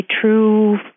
true